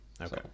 Okay